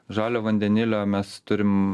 žalio vandenilio mes turim